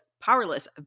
powerless